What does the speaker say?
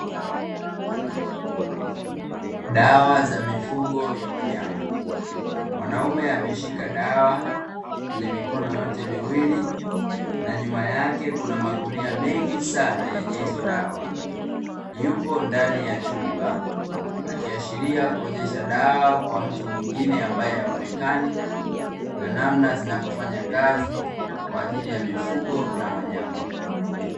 Dawa za mifugo ya wanyama. Mwanaume ameshika dawa kwenye mikono yote miwili, na nyuma yake kuna magunia mengi sana yenye hizo dawa. Yupo ndani ya chumba akiashiria kuonyesha dawa kwa mtu mwingine ambaye haonekani, na namna zinavyofanya kazi kwa ajili ya mifugo na wanyama.